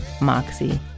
Moxie